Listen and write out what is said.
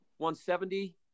170